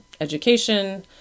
education